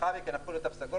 לאחר מכן הפכו ל"תו סגול".